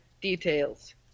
details